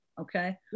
okay